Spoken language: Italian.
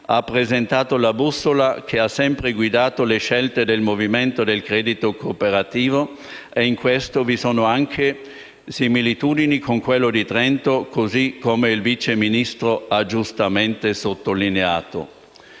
rappresentato la bussola che ha sempre guidato le scelte del movimento del credito cooperativo sudtirolese e in questo vi sono anche similitudini con quello di Trento, così come il Vice Ministro ha giustamente sottolineato.